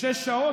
שש שעות?